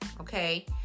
okay